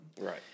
right